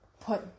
put